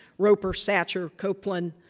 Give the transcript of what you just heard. roper, satcher, koplan,